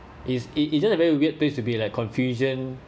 is it it just a very weird place to be like confusion